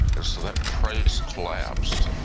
and so that price collapsed.